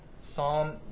Psalm